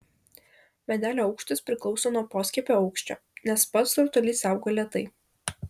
medelio aukštis priklauso nuo poskiepio aukščio nes pats rutulys auga lėtai